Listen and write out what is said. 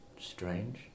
strange